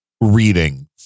reading